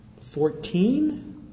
Fourteen